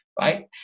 right